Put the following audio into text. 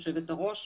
יושבת הראש,